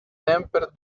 temper